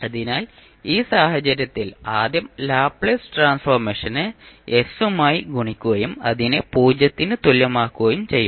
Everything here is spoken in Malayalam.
അതിനാൽ ഈ സാഹചര്യത്തിൽ ആദ്യം ലാപ്ലേസ് ട്രാൻസ്ഫോർമേഷനെ s മായി ഗുണിക്കുകയും അതിനെ 0 ന് തുല്യമാക്കുകയും ചെയ്യും